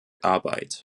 arbeit